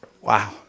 Wow